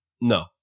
no